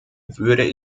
würde